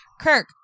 Kirk